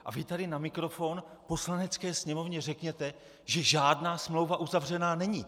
A vy tady na mikrofon v Poslanecké sněmovně řeknete, že žádná smlouva uzavřená není!